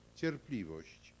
cierpliwość